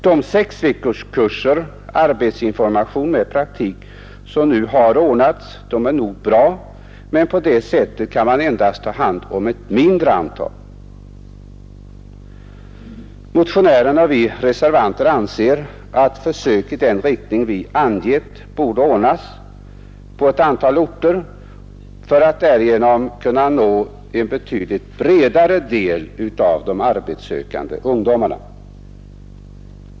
De sexveckorskurser, ”arbetsinformation med praktik”, som nu ordnas är nog bra, men på det sättet kan man endast ta hand om ett fåtal. Motionären och vi reservanter anser att genom försök i den riktning vi angett skulle man nå en större del av de arbetssökande ungdomarna.